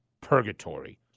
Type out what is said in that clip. purgatory